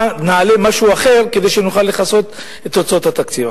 נעלה משהו אחר כדי שנוכל לכסות את הוצאות התקציב.